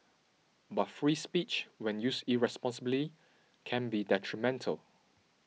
but free speech when used irresponsibly can be detrimental